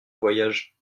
voyage